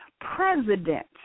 president